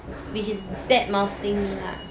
which is bad mouthing lah